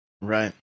Right